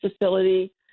facility